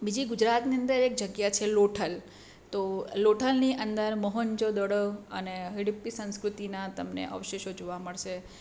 બીજી ગુજરાતની અંદર એક જગ્યા છે લોથલ તો લોથલની અંદર મોહન્જો દારો અને હડપ્પા સંસ્કૃતિના તમને અવશેશો જોવા મળશે